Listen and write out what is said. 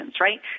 right